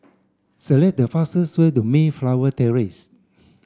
select the fastest way to Mayflower Terrace